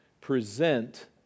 present